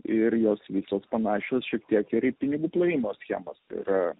ir jos visos panašios šiek tiek ir pinigų plovimo schemas yra